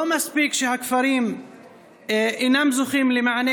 לא מספיק שהכפרים בלי הכרה אינם זוכים למענה